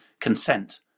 consent